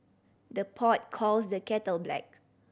the pot calls the kettle black